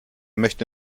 möchte